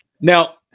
Now